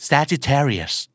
Sagittarius